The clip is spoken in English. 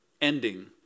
ending